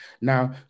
Now